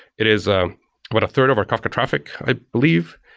it is a but third of our kafka traffic i believe.